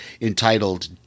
entitled